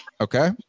Okay